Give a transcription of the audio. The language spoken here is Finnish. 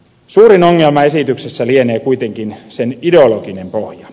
suurin ongelma esityksessä lienee kuitenkin sen ideologinen pohja